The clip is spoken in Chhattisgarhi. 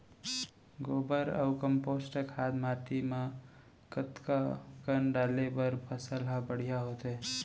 गोबर अऊ कम्पोस्ट खाद माटी म कतका कन डाले बर फसल ह बढ़िया होथे?